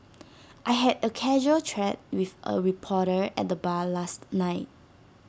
I had A casual chat with A reporter at the bar last night